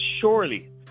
surely